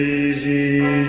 easy